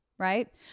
Right